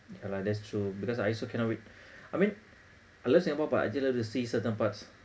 ya lah that's true because I also cannot wait I mean I love singapore but I still like to see certain parts